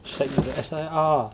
shag is for S_I_R